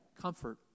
comfort